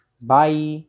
Bye